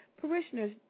parishioners